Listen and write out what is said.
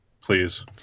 please